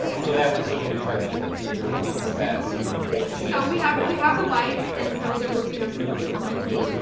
so that was, so when you're talking about the theater piece, that's yeah so we have we have the lights and so they're working on some public speaking.